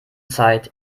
zeit